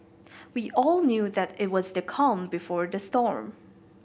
we all knew that it was the calm before the storm